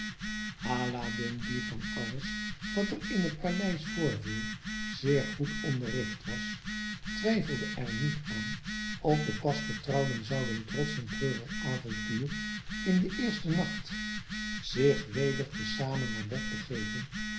aladdin die van alles wat er in het paleis voorviel zeer goed onderricht was twijfelde er niet aan of de pasgetrouwden zouden trots hun treurig avontuur in den eersten nacht zich weder te zamen naar bed begeven